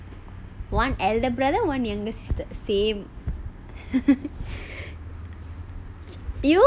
one elder brother one younger sister same